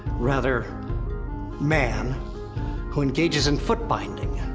rather man who engages in foot binding.